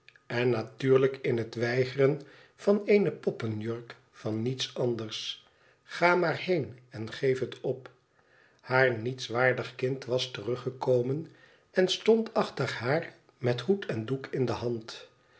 n natuurlijk in het weigeren van eene poppenjtirk van niets anders ga maar heen en geef het op haar nietswaardig kind was teruggekomen en stond achter haar met hoed en doek in de band